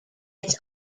its